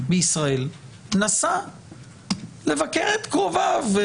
נסע לבקר את קרוביו,